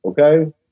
okay